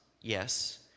yes